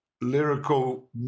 lyrical